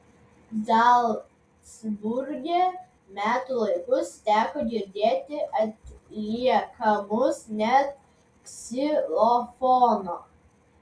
zalcburge metų laikus teko girdėti atliekamus net ksilofono